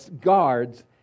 guards